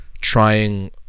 trying